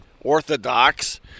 orthodox